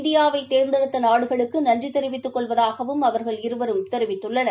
இந்தியாவைதேர்ந்தெடுத்தநாடுகளுக்குநன்றிதெரிவித்துக் மேலும் கொள்வதாகவும் அவர்கள் இருவரும் தெரிவித்துள்ளனர்